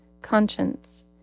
conscience